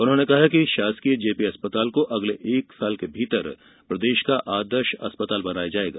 उन्होंने कहा कि शासकीय जेपी अस्पताल को अगले एक साल के भीतर प्रदेश का आदर्श अस्पताल बनाया जाएगा